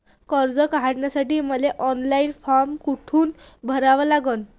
कर्ज काढासाठी मले ऑनलाईन फारम कोठून भरावा लागन?